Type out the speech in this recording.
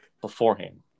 beforehand